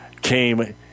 came